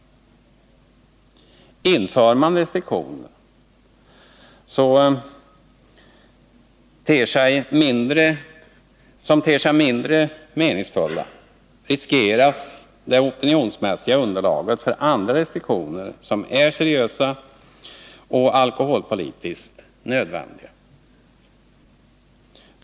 Inför man restriktioner som ter sig mindre meningsfulla riskeras det opinionsmässiga underlaget för andra restriktioner, som är seriösa och alkoholpolitiskt nödvändiga.